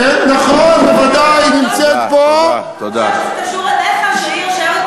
נכון, בוודאי, היא נמצאת פה, תודה, תודה, תודה.